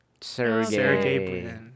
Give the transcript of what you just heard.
Sergey